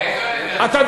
איזו אוניברסיטה?